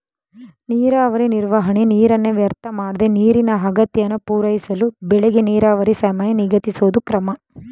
ನೀರಾವರಿ ನಿರ್ವಹಣೆ ನೀರನ್ನ ವ್ಯರ್ಥಮಾಡ್ದೆ ನೀರಿನ ಅಗತ್ಯನ ಪೂರೈಸಳು ಬೆಳೆಗೆ ನೀರಾವರಿ ಸಮಯ ನಿಗದಿಸೋದು ಕ್ರಮ